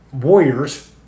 warriors